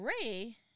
Ray